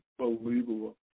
unbelievable